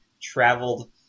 traveled